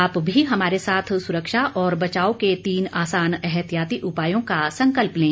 आप भी हमारे साथ सुरक्षा और बचाव के तीन आसान एहतियाती उपायों का संकल्प लें